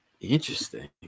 Interesting